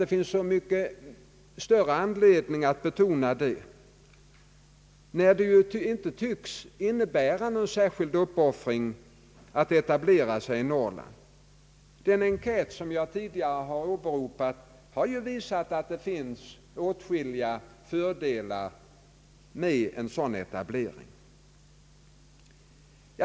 Det finns så mycket större anledning att betona det när det inte tycks innebära någon särskild uppoffring att etablera sig i Norrland, Den enkät som jag tidigare har åberopat har visat att det finns åtskilliga fördelar med en sådan etablering.